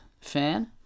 fan